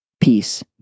peace